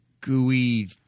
gooey